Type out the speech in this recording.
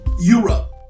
europe